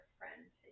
friends